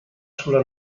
sulla